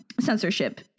censorship